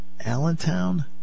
Allentown